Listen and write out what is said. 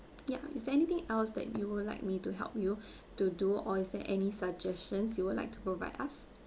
yup is there anything else that you would like me to help you to do or is there any suggestions you will like to provide us